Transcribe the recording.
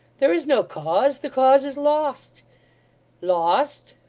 there is no cause. the cause is lost lost!